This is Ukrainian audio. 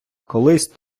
колись